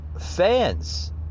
fans